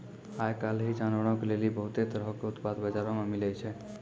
आइ काल्हि जानवरो के लेली बहुते तरहो के उत्पाद बजारो मे मिलै छै